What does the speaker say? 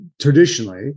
traditionally